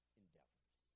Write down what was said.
endeavors